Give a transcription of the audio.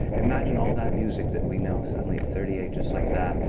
imagine all that music that we know. suddenly, at thirty eight, just like that,